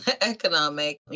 economic